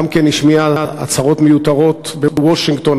גם כן השמיע הצהרות מיותרות בוושינגטון.